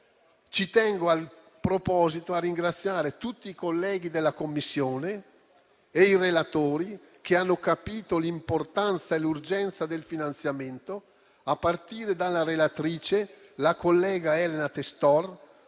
Ci tengo, in proposito, a ringraziare tutti i colleghi della Commissione e i relatori che hanno capito l'importanza e l'urgenza del finanziamento, a partire dalla relatrice, la collega Testor,